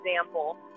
example